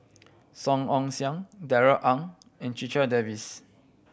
Song Ong Siang Darrell Ang and Checha Davies